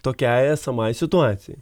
tokiai esamai situacijai